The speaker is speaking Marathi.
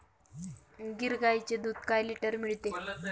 गीर गाईचे दूध काय लिटर मिळते?